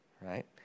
right